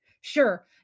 Sure